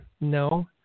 No